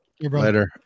Later